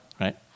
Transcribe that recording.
right